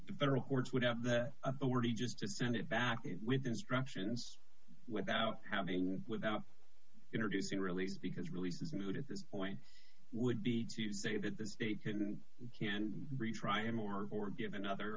e federal courts would have the authority just to send it back with instructions without having without introducing release because releases moot at this point would be to say that the state can and can retry him or or give another